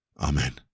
Amen